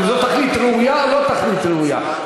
אם זו תכלית ראויה או לא תכלית ראויה,